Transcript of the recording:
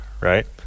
right